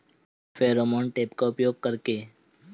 Pheromone trap का उपयोग कर के?